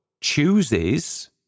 chooses